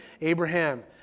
Abraham